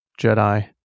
Jedi